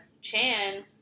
Chan